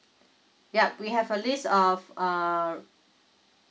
yup we have a list of um